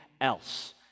else